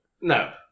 No